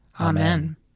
Amen